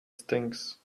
stinks